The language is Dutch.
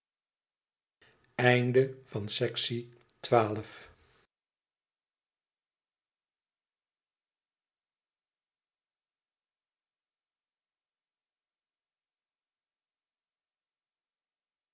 einde van het